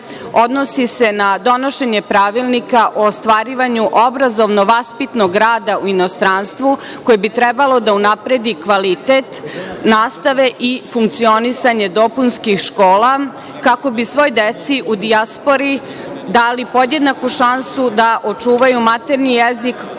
odnosi se na donošenje Pravilnika o ostvarivanju obrazovno-vaspitnog rada u inostranstvu koji bi trebalo da unapredi kvalitet nastave i funkcionisanje dopunskih škola kako bi svoj deci u dijaspori dali podjednaku šansu da očuvaju maternji jezik, kulturu i